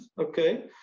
okay